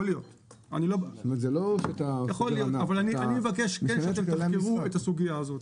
יכול להיות אבל אני כן מבקש שתזכרו את הסוגיה הזאת.